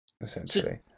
Essentially